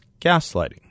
gaslighting